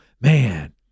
man